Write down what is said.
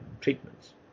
treatments